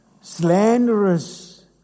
slanderous